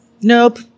nope